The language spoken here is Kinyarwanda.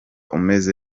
umeze